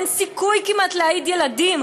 אין סיכוי כמעט להעיד ילדים.